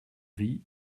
rient